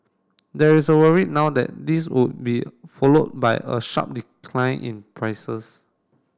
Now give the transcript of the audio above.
there is a worry now that this would be followed by a sharp decline in prices